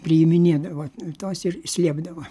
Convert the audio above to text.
priiminėdavo tuos ir slėpdavo